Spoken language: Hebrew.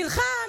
נלחם.